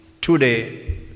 today